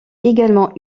également